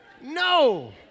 No